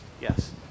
Yes